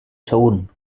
sagunt